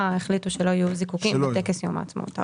החליטו שלא יהיו זיקוקים בטקס יום העצמאות.